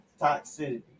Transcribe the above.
toxicity